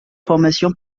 formations